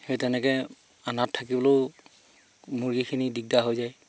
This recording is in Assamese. সেই তেনেকৈ আন্ধাৰত থাকিবলৈও মুৰ্গীখিনি দিগদাৰ হৈ যায়